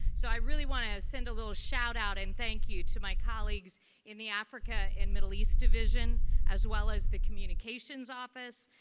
so i really want to send a little shout-out and thank you to my colleagues in the africa and middle east division as well as the communications office,